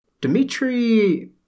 Dmitry